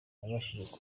nabashije